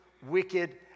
wicked